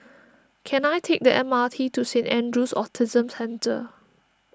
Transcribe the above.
can I take the M R T to Saint andrew's Autism Centre